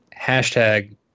hashtag